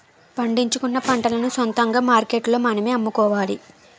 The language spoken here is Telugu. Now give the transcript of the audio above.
పండించుకున్న పంటలను సొంతంగా మార్కెట్లో మనమే అమ్ముకోవాలి